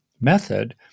method